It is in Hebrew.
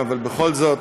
אבל בכל זאת.